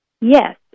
Yes